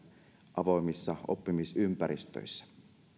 avoimissa oppimisympäristöissä